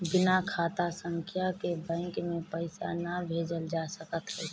बिना खाता संख्या के बैंक के पईसा ना भेजल जा सकत हअ